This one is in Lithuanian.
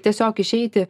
tiesiog išeiti